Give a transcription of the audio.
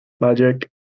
Magic